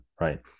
right